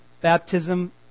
Baptism